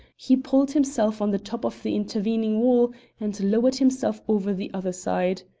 he pulled himself on the top of the intervening wall and lowered himself over the other side.